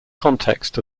context